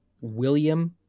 William